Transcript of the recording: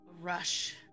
rush